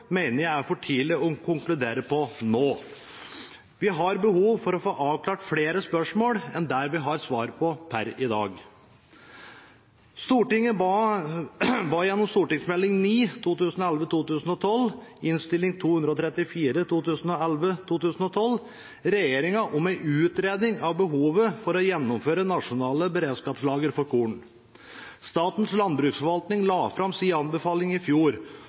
jeg det er for tidlig å konkludere på nå. Vi har per i dag flere spørsmål som vi har behov for å få avklart, enn vi har svar. På bakgrunn av Meld. St. 9 for 2011–2012 ba Stortinget gjennom Innst. 234 S for 2011–2012 regjeringen om en utredning av behovet for å gjeninnføre nasjonale beredskapslagre for korn. Statens landbruksforvaltning la fram sin anbefaling i fjor,